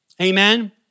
Amen